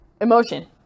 emotion